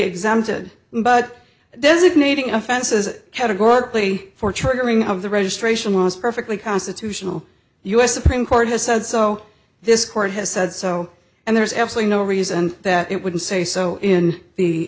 exempted but designating offenses categorically for triggering of the registration was perfectly constitutional us supreme court has said so this court has said so and there's absolutely no reason that it would say so in the